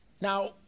Now